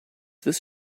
this